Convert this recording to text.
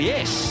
Yes